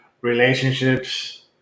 relationships